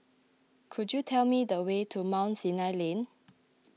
could you tell me the way to Mount Sinai Lane